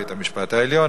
בבית-המשפט העליון,